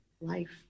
life